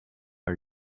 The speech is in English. are